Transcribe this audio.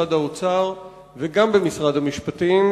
גם במשרד האוצר וגם במשרד המשפטים,